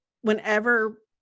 whenever